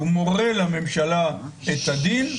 הוא מורה לממשלה את הדין,